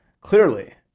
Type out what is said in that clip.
clearly